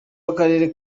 w’akarere